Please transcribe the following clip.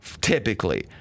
typically